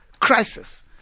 crisis